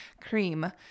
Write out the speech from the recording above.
Cream